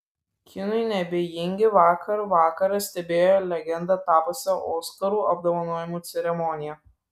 kinui neabejingi vakar vakarą stebėjo legenda tapusią oskarų apdovanojimų ceremoniją